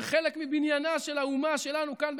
והם חלק מבניינה של האומה שלנו כאן,